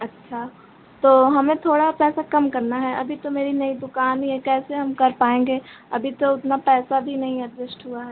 अच्छा तो हमें थोड़ा पैसा कम करना है अभी तो मेरी नई दुकान ही है कैसे हम कर पाएँगे अभी तो उतना पैसा भी नहीं एडजस्ट हुआ है